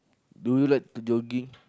do you like to jogging